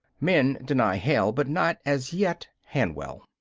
men deny hell, but not, as yet, hanwell.